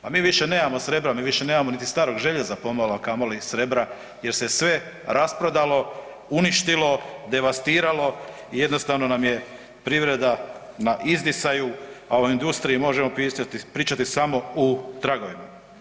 Pa mi više nemamo srebra, mi više nemamo niti starog željeza pomalo, a kamoli srebra jer se sve rasprodalo, uništilo, devastiralo i jednostavno nam je privreda na izdisaju, a o industriji možemo pričati samo u tragovima.